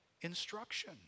instruction